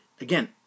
again